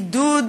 עידוד